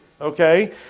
okay